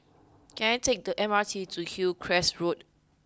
can I take the M R T to Hillcrest Road